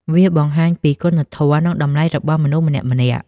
វាបង្ហាញពី គុណធម៌ និងតម្លៃរបស់មនុស្ស ម្នាក់ៗ។